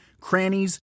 crannies